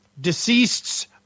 deceased's